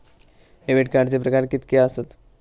Debit कार्डचे प्रकार कीतके आसत?